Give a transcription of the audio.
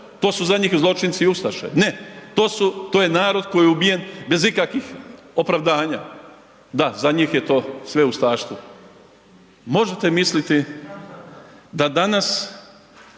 To su zadnji zločinci, ustaše, ne, to je narod koji je ubijen bez ikakvih opravdanja. Da, za njih je to sve ustaštvo. Možete misliti da danas